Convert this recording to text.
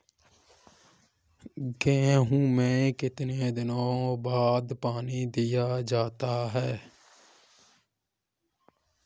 गेहूँ में कितने दिनों बाद पानी दिया जाता है?